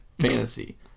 fantasy